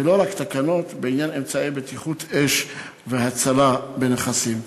ולא רק תקנות בעניין אמצעי בטיחות אש והצלה בנכסים.